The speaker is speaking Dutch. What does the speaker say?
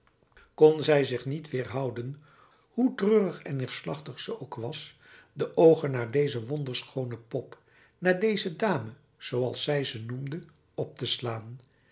kon zij zich niet weerhouden hoe treurig en neerslachtig ze ook was de oogen naar deze wonderschoone pop naar deze dame zooals zij ze noemde op te slaan